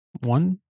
one